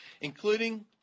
including